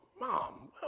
mom